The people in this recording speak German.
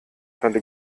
tante